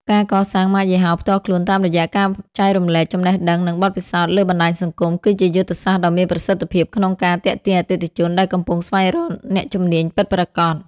ការកសាងម៉ាកយីហោផ្ទាល់ខ្លួន តាមរយៈការចែករំលែកចំណេះដឹង និងបទពិសោធន៍លើបណ្ដាញសង្គម គឺជាយុទ្ធសាស្ត្រដ៏មានប្រសិទ្ធភាពក្នុងការទាក់ទាញអតិថិជនដែលកំពុងស្វែងរកអ្នកជំនាញពិតប្រាកដ។